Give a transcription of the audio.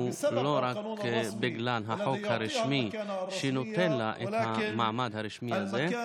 לא רק בגלל החוק הרשמי שנותן לה את המעמד הרשמי הזה,